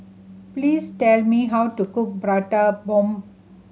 please tell me how to cook Prata Bomb